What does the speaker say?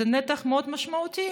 שזה נתח מאוד משמעותי,